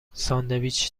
ساندویچ